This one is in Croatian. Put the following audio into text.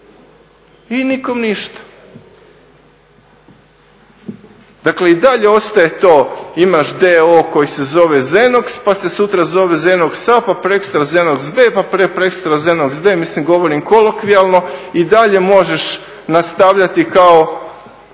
I nikom ništa. Dakle, i dalje ostaje to imaš d.o.o. koji se zove Zenox pa se sutra zove Zenox a pa prekosutra Zenox b pa prekoprekosutra Zenox d, mislim govorim kolokvijalno, i dalje možeš nastavljati kao